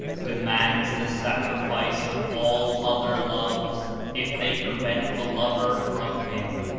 demands the sacrifice of all other loves if they prevent the lover from him.